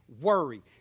worry